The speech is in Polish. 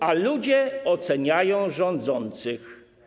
A ludzie oceniają rządzących.